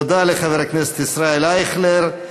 תודה לחבר הכנסת ישראל אייכלר.